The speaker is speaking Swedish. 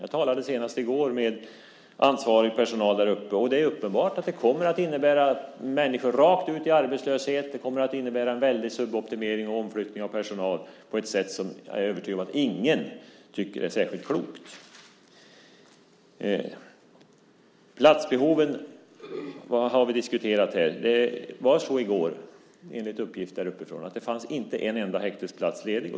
Så sent som i går pratade jag med ansvarig personal däruppe. Det är uppenbart att förändringarna kommer att innebära att människor går rakt ut i arbetslöshet. Det blir en väldig suboptimering och omflyttning av personal på ett sätt som väl ingen tycker är särskilt klokt. Platsbehoven har vi diskuterat här. Enligt uppgift fanns i går inte en enda häktesplats ledig däruppe.